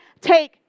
Take